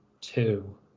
Two